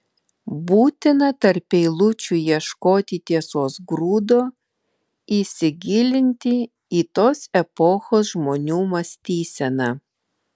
būtina tarp eilučių ieškoti tiesos grūdo įsigilinti į tos epochos žmonių mąstyseną